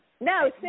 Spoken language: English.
No